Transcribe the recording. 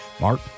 Mark